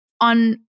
on